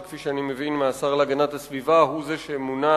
שכפי שאני מבין מהשר להגנת הסביבה הוא זה שמונה